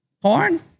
porn